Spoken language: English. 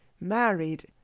married